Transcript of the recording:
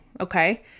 okay